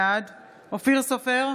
בעד אופיר סופר,